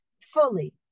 fully